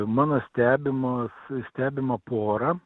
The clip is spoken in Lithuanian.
mano stebimas stebima pora